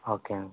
okay అండి